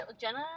Jenna